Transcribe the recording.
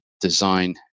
design